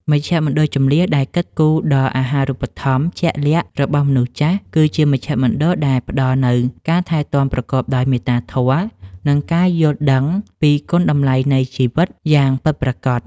មជ្ឈមណ្ឌលជម្លៀសដែលគិតគូរដល់អាហារូបត្ថម្ភជាក់លាក់របស់មនុស្សចាស់ គឺជាមជ្ឈមណ្ឌលដែលផ្តល់នូវការថែទាំប្រកបដោយមេត្តាធម៌ និងការយល់ដឹងពីគុណតម្លៃនៃជីវិតយ៉ាងពិតប្រាកដ។